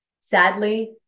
Sadly